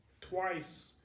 Twice